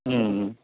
ம் ம்